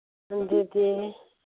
ꯑꯗꯨꯗꯤ